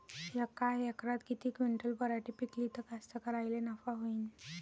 यका एकरात किती क्विंटल पराटी पिकली त कास्तकाराइले नफा होईन?